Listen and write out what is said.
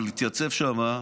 להתייצב שם,